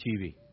TV